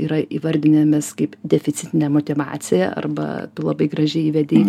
yra įvardinamas kaip deficitinė motyvacija arba tu labai gražiai įvedei